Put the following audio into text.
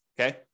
okay